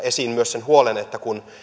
esiin myös sen huolen että kun